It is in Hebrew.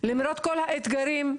למרות כל האתגרים,